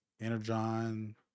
Energon